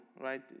right